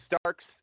Starks